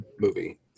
movie